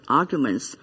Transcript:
arguments